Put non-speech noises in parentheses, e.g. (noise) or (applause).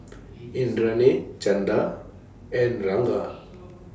(noise) Indranee Chanda and Ranga